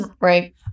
Right